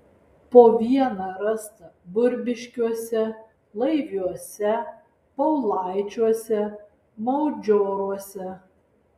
po vieną rasta burbiškiuose laiviuose paulaičiuose maudžioruose